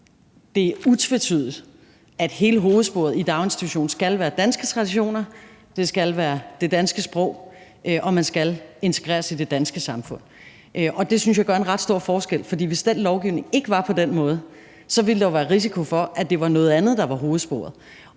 det er utvetydigt, at hele hovedsporet i daginstitutionen skal være danske traditioner, man skal tale det danske sprog, og man skal integreres i det danske samfund. Det synes jeg gør en ret stor forskel, for hvis den lovgivning ikke var på den måde, ville der jo være risiko for, at det var noget andet, der var hovedsporet,